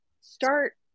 start